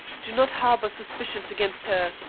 do not harbor suspicions against her.